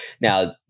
Now